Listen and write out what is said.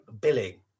Billing